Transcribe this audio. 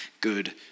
good